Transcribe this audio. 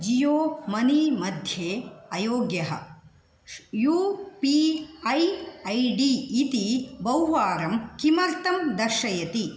Jio money मध्ये अयोग्यः U P I I D इति बहुवारं किमर्थं दर्शयति